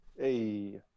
Hey